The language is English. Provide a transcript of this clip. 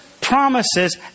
promises